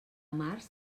març